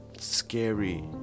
scary